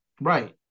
Right